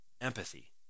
Empathy